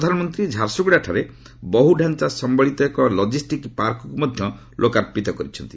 ପ୍ରଧାନମନ୍ତ୍ରୀ ଝାରସ୍ରଗ୍ରଡାଠାରେ ବହ୍ ଡ଼ାଞ୍ଚା ସମ୍ଭଳିତ ଏକ ଲଜିଷ୍ଟିକ୍ ପାର୍କକ୍ ମଧ୍ୟ ଲୋକାର୍ପିତ କରିଛନ୍ତି